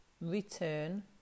return